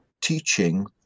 teaching